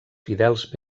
fidels